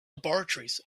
laboratories